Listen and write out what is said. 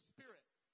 Spirit